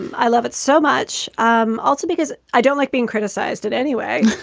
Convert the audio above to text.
and i love it so much. um also, because i don't like being criticized at anyway,